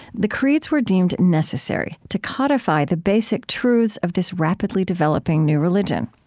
the creeds were deemed necessary to codify the basic truths of this rapidly developing new religion.